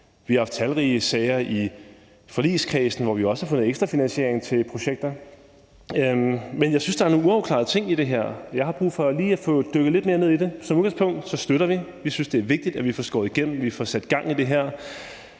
Vi har haft talrige sager i forligskredsen, hvor vi jo også har fået ekstrafinansiering til projekter. Men jeg synes, der er nogle uafklarede ting i det her, og jeg har brug for lige at få dykket lidt mere ned i det. Som udgangspunkt støtter vi forslaget. Vi synes, det er vigtigt, at vi får skåret igennem og får sat gang i det her.